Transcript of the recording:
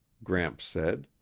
gramps said.